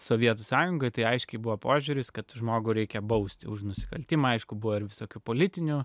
sovietų sąjungai tai aiškiai buvo požiūris kad žmogų reikia bausti už nusikaltimą aišku buvo ir visokių politinių